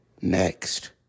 next